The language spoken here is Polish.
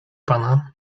pana